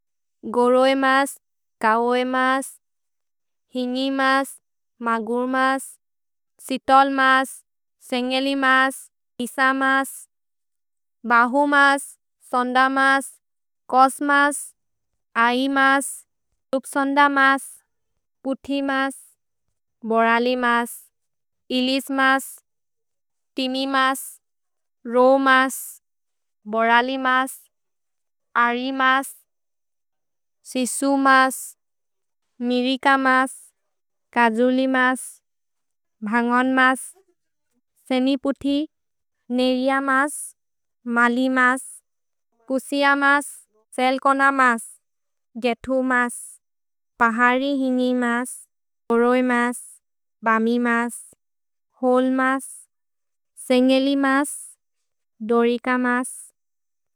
गोरोए मस्, कओए मस्, हिन्गि मस्, मगुर् मस्, सितोल् मस्, सेन्गेलि मस्, इस मस्, बहु मस्, सोन्द मस्, कोस् मस्, अहि मस्, तुक् सोन्द मस्, पुथि मस्, बोरलि मस्, इलिस् मस्, तिमि मस्, रो मस्, बोरलि मस्, अरि मस्, सिसु मस्, मिरिक मस्, कजुलि मस्, भन्गोन् मस्, सेनिपुथि, नेरिअ मस्, मलि मस्, कुसिअ मस्, सेल्कोन मस्, गेथु मस्, पहरि हिन्गि मस्, गोरोए मस्, बमि मस्, होल् मस्, सेन्गेलि मस्, दोरिक मस्।